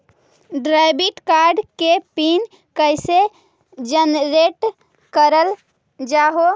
Debit card के pin कैसे generate करल जाहै?